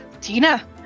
Tina